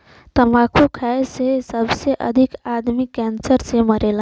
तम्बाकू खाए से सबसे अधिक आदमी कैंसर से मरला